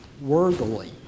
worthily